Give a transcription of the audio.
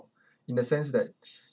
in the sense that